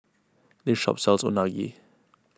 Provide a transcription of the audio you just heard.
this shop sells Unagi